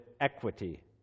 equity